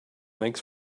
makes